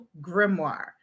Grimoire